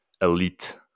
elite